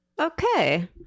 Okay